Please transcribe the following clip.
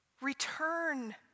return